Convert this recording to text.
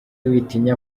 witinya